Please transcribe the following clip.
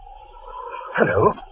Hello